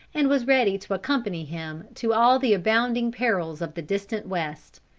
and was ready to accompany him to all the abounding perils of the distant west.